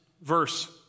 verse